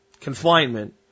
confinement